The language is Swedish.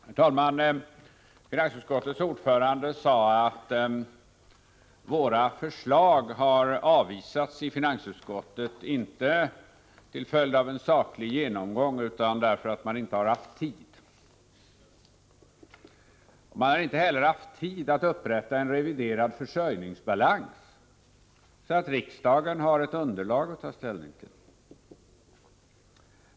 Herr talman! Finansutskottets ordförande sade att våra förslag har avvisats i finansutskottet, inte till följd av en saklig genomgång utan därför att man inte har haft tid. Man har inte heller haft tid att upprätta en reviderad försörjningsbalans, så att riksdagen har något underlag att ta ställning till.